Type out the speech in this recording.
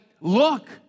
look